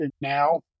now